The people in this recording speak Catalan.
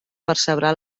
percebrà